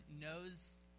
knows